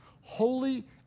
Holy